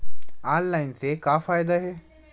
Online से का फ़ायदा हे?